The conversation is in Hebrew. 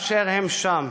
באשר הם שם.